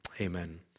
amen